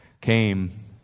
came